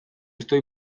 estoy